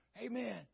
Amen